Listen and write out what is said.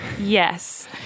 yes